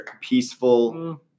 peaceful